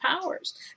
powers